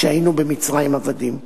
כשהיינו עבדים במצרים: